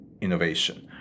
innovation